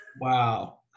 Wow